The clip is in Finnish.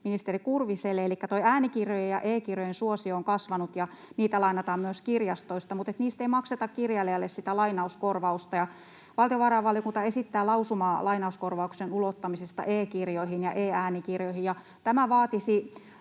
ministeri Kurviselle: Äänikirjojen ja e-kirjojen suosio on kasvanut, ja niitä lainataan myös kirjastoista, mutta niistä ei makseta kirjailijalle sitä lainauskorvausta. Valtiovarainvaliokunta esittää lausumaa lainauskorvauksen ulottamisesta e-kirjoihin ja e-äänikirjoihin, ja tämä vaatisi